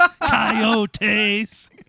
coyotes